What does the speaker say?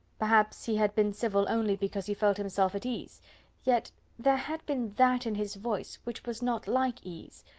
perhaps he had been civil only because he felt himself at ease yet there had been that in his voice which was not like ease.